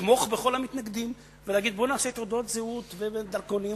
לתמוך בכל המתנגדים ולהגיד: בואו נעשה תעודות זהות ודרכונים,